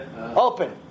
Open